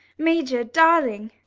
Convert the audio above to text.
major darling.